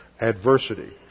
adversity